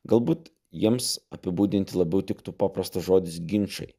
galbūt jiems apibūdinti labiau tiktų paprastas žodis ginčai